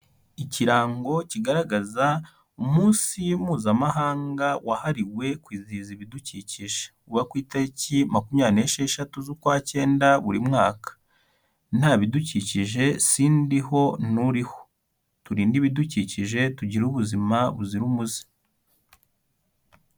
Ikirango kigaragaza umunsi mpuzamahanga wahariwe kwizihiza ibidukikije, uba ku itariki makumyabiri n'esheshatu z'ukwa cyenda buri mwaka, nta bidukikije sindiho nturiho, turinde ibidukikije tugire ubuzima buzira umuze.